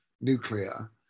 nuclear